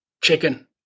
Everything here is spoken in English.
chicken